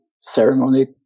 ceremony